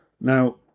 Now